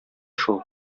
шул